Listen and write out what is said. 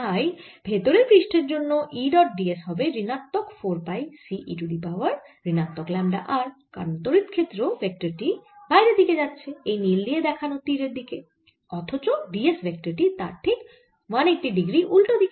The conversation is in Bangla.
তাই ভেতরের পৃষ্ঠের জন্য E ডট d s হবে ঋণাত্মক 4 pi C e to the power ঋণাত্মক ল্যামডা r কারণ তড়িৎ ক্ষেত্রের ভেক্টর টি বাইরের দিকে যাচ্ছে এই নীল দিয়ে দেখানো তীর এর দিকে অথচ d s ভেক্টর ঠিক তার180 ডিগ্রী উল্টো দিকে